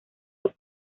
del